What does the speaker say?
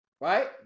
right